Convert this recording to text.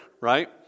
Right